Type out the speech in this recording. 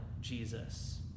Jesus